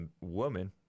woman